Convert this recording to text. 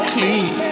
Clean